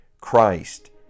Christ